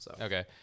Okay